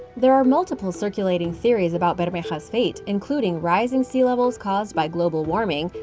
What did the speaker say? there are multiple circulating theories about bermeja's fate, including rising sea levels caused by global warming,